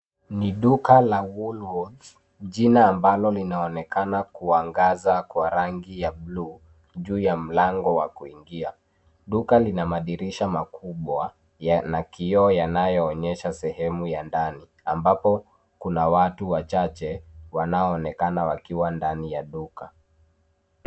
Ni duka la Woolworth, jina ambalo linaonekana kuangaza kwa rangi ya blue juu ya mlango wa kuingia. Duka lina madirisha makubwa na kioo yanayoonyesha sehemu ya ndani ambapo kuna watu wachache wanaoonekana wakiwa ndani ya duka.